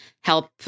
help